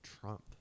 Trump